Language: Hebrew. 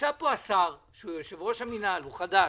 נמצא פה השר, שהוא יושב-ראש המינהל, הוא חדש,